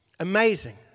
Amazing